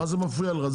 מה זה מפריע לך?